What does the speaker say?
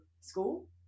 school